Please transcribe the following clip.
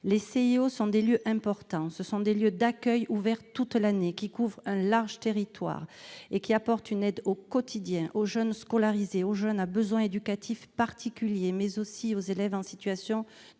Les CIO sont importants. Ce sont des lieux d'accueil ouverts toute l'année, qui couvrent un large territoire et qui apportent une aide au quotidien aux jeunes scolarisés, aux jeunes à besoins éducatifs particuliers, mais aussi aux élèves en situation de